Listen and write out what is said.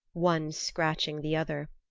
one scratching the other?